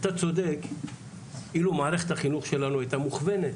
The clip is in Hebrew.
אתה צודק אילו מערכת החינוך שלנו הייתה מוכוונת,